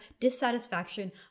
dissatisfaction